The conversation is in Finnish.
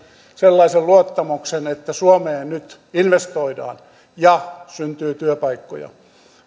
sellaisen luottamuksen että suomeen nyt investoidaan ja syntyy työpaikkoja